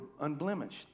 unblemished